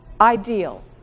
ideal